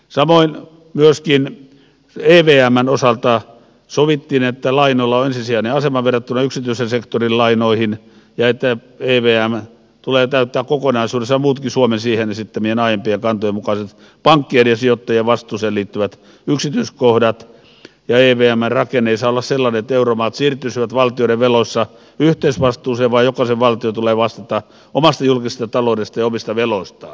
samoin myöskin evmn osalta sovittiin että lainoilla on ensisijainen asema verrattuna yksityisen sektorin lainoihin ja että evmn tulee täyttää kokonaisuudessaan muutkin suomen siihen esittämien aiempien kantojen mukaiset pankkien ja sijoittajien vastuuseen liittyvät yksityiskohdat ja evmn rakenne ei saa olla sellainen että euromaat siirtyisivät valtioiden veloissa yhteisvastuuseen vaan jokaisen valtion tulee vastata omasta julkisesta taloudestaan ja omista veloistaan